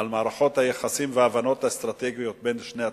את מערכות היחסים וההבנות האסטרטגיות בין שני הצדדים,